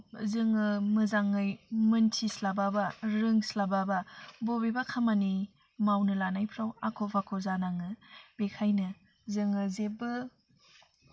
जोङो मोजाङै मोनथिस्लाबाबा रोंस्लाबाबा बबेबा खामानि मावनो लानायफ्राव आख' फाख' जानाङो बेखायनो जोङो जेबो